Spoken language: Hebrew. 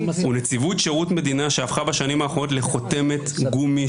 הוא נציבות שירות מדינה שהפכה בשנים האחרונות לחותמת גומי,